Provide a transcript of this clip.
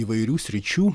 įvairių sričių